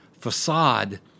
facade